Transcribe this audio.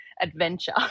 adventure